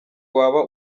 waba